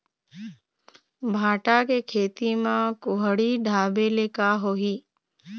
भांटा के खेती म कुहड़ी ढाबे ले का होही?